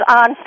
on